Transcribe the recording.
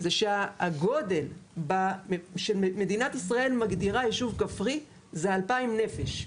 זה שהגודל שמדינת ישראל מגדירה ישוב כפרי זה 2,000 נפש.